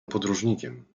podróżnikiem